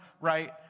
right